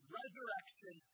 resurrection